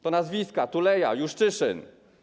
To nazwiska: Tuleya, Juszczyszyn.